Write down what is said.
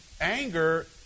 Anger